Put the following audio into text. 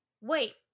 wait